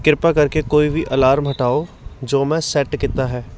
ਕਿਰਪਾ ਕਰਕੇ ਕੋਈ ਵੀ ਅਲਾਰਮ ਹਟਾਓ ਜੋ ਮੈਂ ਸੈੱਟ ਕੀਤਾ ਹੈ